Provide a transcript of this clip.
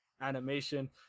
animation